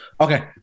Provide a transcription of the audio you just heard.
Okay